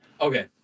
Okay